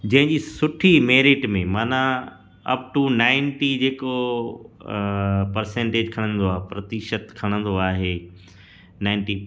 जंहिं जी सुठी मेरिट में माना अप टू नाइनटी जेको पर्सेंटेज खणंदो आहे प्रतिशत खणंदो आहे नाइनटी